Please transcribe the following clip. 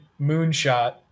moonshot